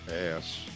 ass